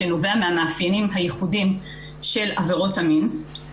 שנובע מהמאפיינים הייחודיים של עבירות המין,